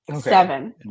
seven